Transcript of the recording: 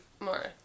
More